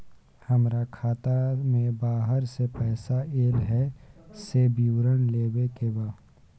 हमरा खाता में बाहर से पैसा ऐल है, से विवरण लेबे के बा?